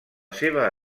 seva